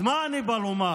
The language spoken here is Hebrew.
אז מה אני בא לומר?